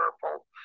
Purple